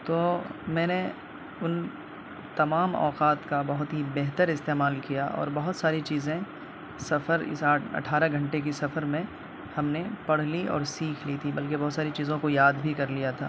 تو میں نے ان تمام اوقات کا بہت ہی بہتر استعمال کیا اور بہت ساری چیزیں سفر اس آٹھ اٹھارہ گھنٹے کی سفر میں ہم نے پڑھ لی اور سیکھ لی تھی بلکہ بہت ساری چیزوں کو یاد بھی کر لیا تھا